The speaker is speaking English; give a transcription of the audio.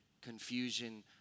confusion